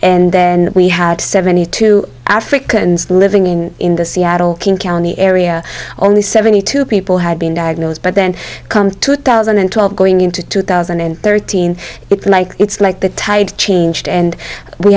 and then we had seventy two africans living in in the seattle king county area only seventy two people had been diagnosed but then come two thousand and twelve going into two thousand and thirteen it's like it's like the tide changed and we